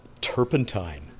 Turpentine